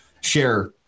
share